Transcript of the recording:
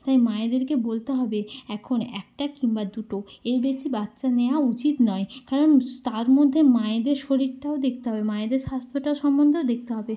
তাই মায়েদেরকে বলতে হবে এখন একটা কিংবা দুটো এর বেশি বাচ্চা নেওয়া উচিত নয় কারণ স্ তার মধ্যে মায়েদের শরীরটাও দেখতে হবে মায়েদের স্বাস্থ্যটা সম্বন্ধেও দেখতে হবে